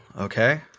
okay